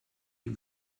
you